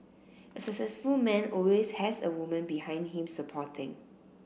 a successful man always has a woman behind him supporting